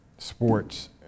sports